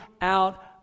out